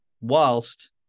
whilst